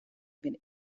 bin